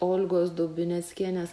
olgos dubineckienės